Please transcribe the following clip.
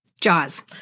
Jaws